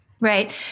Right